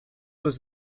was